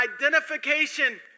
identification